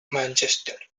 manchester